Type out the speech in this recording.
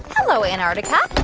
hello, antarctica.